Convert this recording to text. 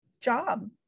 job